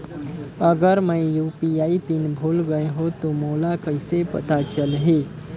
अगर मैं UPI PIN भुल गये हो तो मोला कइसे पता चलही?